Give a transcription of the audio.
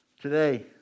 Today